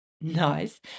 Nice